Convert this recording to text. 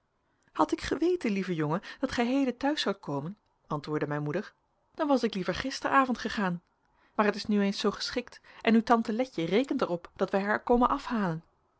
had ik geweten lieve jongen dat gij heden thuis zoudt komen antwoordde mijn moeder dan was ik liever gisteravond gegaan maar het is nu eens zoo geschikt en uw tante letje rekent er op dat wij haar komen afhalen